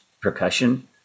percussion